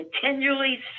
continually